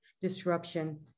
disruption